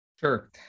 Sure